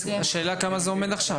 השאלה כמה זה עומד עכשיו.